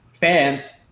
fans